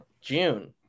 June